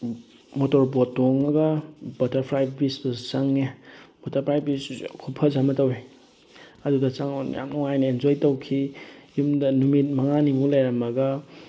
motor boat ꯇꯣꯡꯉꯒ butterfly ꯕꯤꯆꯇꯨꯗ ꯆꯪꯉꯦ ꯕꯇꯔꯐ꯭ꯂꯥꯏ ꯕꯤꯆꯇꯨꯁꯨ ꯈꯨꯐꯖ ꯑꯃ ꯇꯧꯑꯦ ꯑꯗꯨꯗ ꯆꯪꯉꯒ ꯌꯥꯝ ꯅꯨꯡꯉꯥꯏꯅ ꯑꯦꯟꯖꯣꯏ ꯇꯧꯈꯤ ꯌꯨꯝꯗ ꯅꯨꯃꯤꯠ ꯃꯉꯥꯅꯤꯃꯨꯛ ꯂꯩꯔꯝꯃꯒ